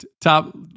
top